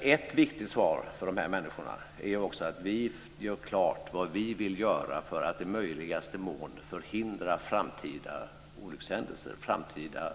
Ett viktigt svar för dessa människor är att vi gör klart vad vi vill göra för att i möjligaste mån förhindra framtida olyckshändelser, framtida